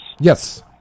Yes